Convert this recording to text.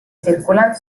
circulen